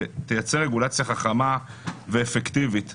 שתייצר רגולציה חכמה ואפקטיבית.